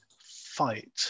fight